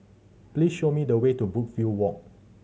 please show me the way to Brookvale Walk